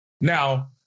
Now